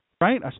Right